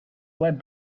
web